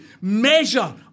measure